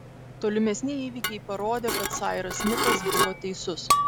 tolimesni įvykiai parodė kad sairas smitas buvo teisus